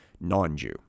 non-Jew